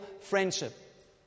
friendship